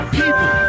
people